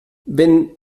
wenn